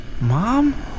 Mom